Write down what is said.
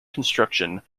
construction